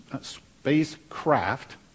spacecraft